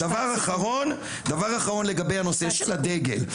דבר אחרון לגבי הנושא של הדגל.